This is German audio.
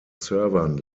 servern